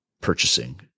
purchasing